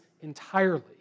entirely